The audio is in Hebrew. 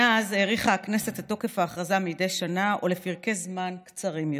מאז האריכה הכנסת את תוקף ההכרזה מדי שנה או לפרקי זמן קצרים יותר.